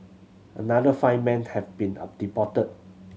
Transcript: another five men have been a deported